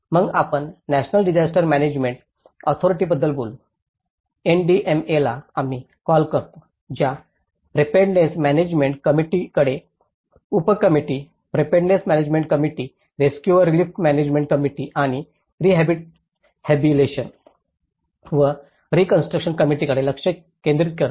मग आपण national disaster management ऑथॉरिटीबद्दल बोलू एनडीएमएला आम्ही कॉल करतो ज्या प्रेपरेडनेस मॅनॅजमेण्ट कंमिट्टीकडे उपकंमिट्टी प्रेपरेडनेस मॅनॅजमेण्ट कंमिट्टी रेस्क्यू व रिलीफ मॅनॅजमेण्ट कंमिट्टी आणि रिहॅबिलिटेशन व रीकॉन्स्ट्रुकशन कंमिट्टीकडे लक्ष केंद्रित करते